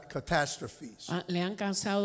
Catastrophes